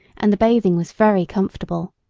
and the bathing was very comfortable.